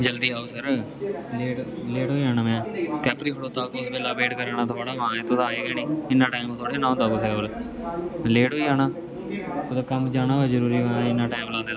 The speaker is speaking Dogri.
जल्दी आओ सर लेट होई लेट ओई जाना मैं कैपरी खड़ोता कुस बेल्ले दा वेट करै ना थुआढ़ा माए तुस आए गै नी इन्ना टाइम थोह्ड़ी होंदा कुसै कोल लेट होई जाना कुतै कम्म जाना होऐ जरूरी माए इन्ना टाइम लांदे तुस